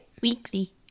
weekly